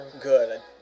Good